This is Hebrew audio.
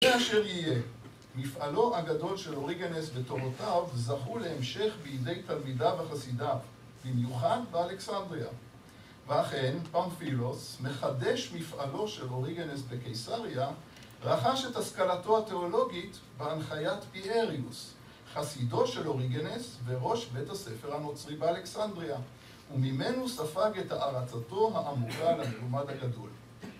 יהיה אשר יהיה, מפעלו הגדול של אוריגנס בתורותיו זכו להמשך בידי תלמידיו וחסידיו, במיוחד באלכסנדריה. ואכן פעם פילוס, מחדש מפעלו של אוריגנס בקיסריה, רכש את השכלתו התיאולוגית בהנחיית פיאריוס, חסידו של אוריגנס וראש בית הספר הנוצרי באלכסנדריה, וממנו ספג את הערצתו העמוקה לנבומד הגדול.